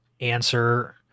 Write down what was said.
answer